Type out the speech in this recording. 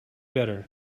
better